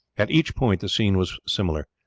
at each point the scene was similar.